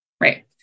Right